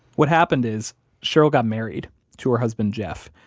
what happened is cheryl got married to her husband jeff,